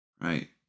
Right